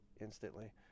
instantly